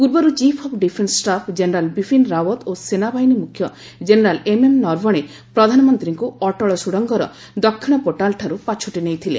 ପୂର୍ବରୁ chief of defence staff general Bipin Rawat ଓ ସେନାବାହିନୀ ମୁଖ୍ୟ ଜେନେରାଲ ଏମ୍ଏମ୍ ନରବଣେ ପ୍ରଧାନମନ୍ତ୍ରୀଙ୍କୁ ଅଟଳ ସୁଡଙ୍ଗର ଦକ୍ଷିଣ ପୋର୍ଟାଲଠାରୁ ପାଛୋଟି ନେଇଥିଲେ